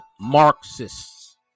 Marxists